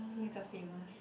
think it's a famous